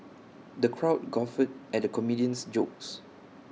the crowd guffawed at the comedian's jokes